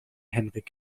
henrik